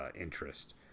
interest